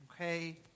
Okay